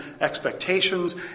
expectations